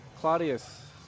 Claudius